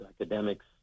academics